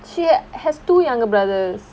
she has two younger brothers